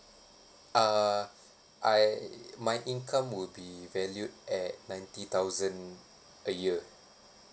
uh I my income would be valued at ninety thousand a year